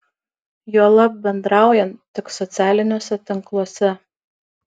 juolab bendraujant tik socialiniuose tinkluose